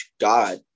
God